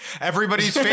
everybody's